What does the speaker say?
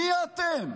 מי אתם?